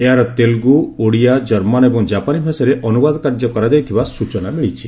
ଏହାର ତେଲୁଗୁ ଓଡ଼ିଆ ଜର୍ମାନ୍ ଏବଂ ଜାପାନି ଭାଷାରେ ଅନୁବାଦ କାର୍ଯ୍ୟ କରାଯାଇଥିବା ସୂଚନା ମିଳିଛି